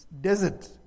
desert